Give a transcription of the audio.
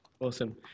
Awesome